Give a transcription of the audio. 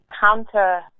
counter